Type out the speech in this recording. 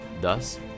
thus